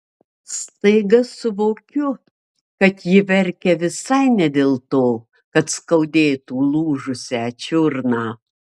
staiga suvokiu kad ji verkia visai ne dėl to kad skaudėtų lūžusią čiurną